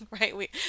right